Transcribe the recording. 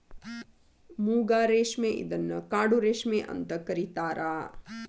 ಮೂಗಾ ರೇಶ್ಮೆ ಇದನ್ನ ಕಾಡು ರೇಶ್ಮೆ ಅಂತ ಕರಿತಾರಾ